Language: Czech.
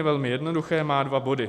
Je velmi jednoduché, má dva body: